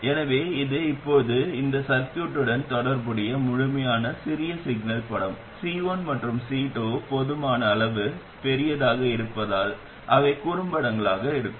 எனவே இது இப்போது இந்த சர்கியூட்டன் தொடர்புடைய முழுமையான சிறிய சிக்னல் படம் C1 மற்றும் C2 போதுமான அளவு பெரியதாக இருப்பதால் அவை குறும்படங்களாக இருக்கும்